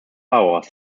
powers